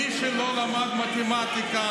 מי שלא למד מתמטיקה,